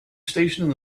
station